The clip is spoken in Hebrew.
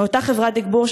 אותה חברת "תגבור",